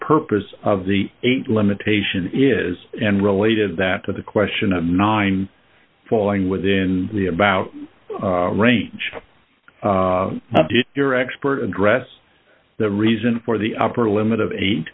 purpose of the eight limitation is and related that to the question of nine falling within the about range to your expert address the reason for the upper limit of eight